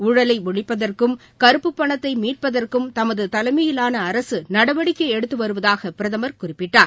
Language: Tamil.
ஊழலை ஒழிப்பதற்கும் கறுப்புப் பணத்தை மீட்பதற்கும் தமது தலைமையிலான அரசு நடவடிக்கை எடுத்து வருவதாக பிரதமர் குறிப்பிட்டார்